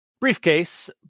Briefcase